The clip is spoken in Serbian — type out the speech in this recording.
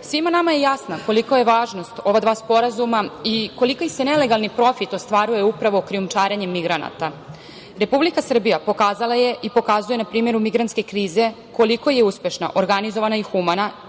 Svima nama je jasno kolika je važnost ova dva sporazuma i koliki se nelegalni profit ostvaruje upravo krijumčarenjem migranata. Republika Srbija pokazala je i pokazuje na primeru migrantske krize koliko je uspešna, organizovana i humana,